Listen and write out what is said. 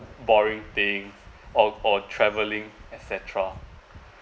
boring thing or or travelling etcetera